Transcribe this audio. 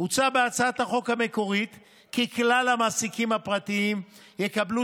הוצע בהצעת החוק המקורית כי כלל המעסיקים הפרטיים יקבלו